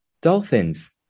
dolphins